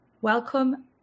Welcome